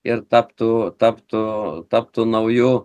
ir taptų taptų taptų nauju